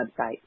website